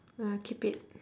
ah keep it